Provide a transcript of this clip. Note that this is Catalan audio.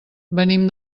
venim